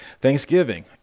Thanksgiving